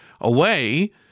away